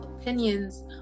opinions